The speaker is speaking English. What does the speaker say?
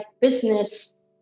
business